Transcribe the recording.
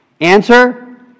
Answer